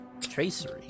tracery